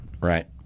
right